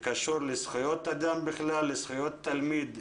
הוא קשור לזכויות אדם בכלל ולזכויות התלמיד בפרט.